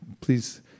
Please